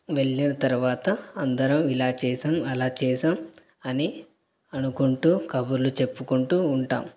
వెళ్ళిన తరువాత అందరం ఇలా చేసాం అలా చేసాం అని అనుకుంటూ కబుర్లు చెప్పుకుంటూ ఉంటాం